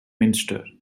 minster